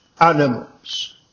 animals